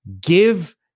give